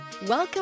Welcome